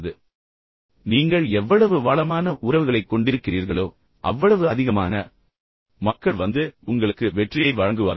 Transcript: எனவே நீங்கள் எவ்வளவு வளமான உறவுகளைக் கொண்டிருக்கிறீர்களோ அவ்வளவு அதிகமான மக்கள் வந்து உங்களுக்கு வெற்றியை வழங்குவார்கள்